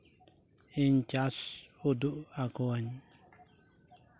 ᱤᱧ ᱪᱟᱥ ᱩᱫᱩᱜ ᱟᱠᱚᱣᱟᱹᱧ